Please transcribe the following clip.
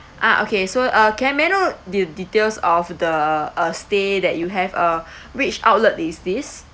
ah okay so uh can may I know the details of the uh stay that you have uh which outlet is this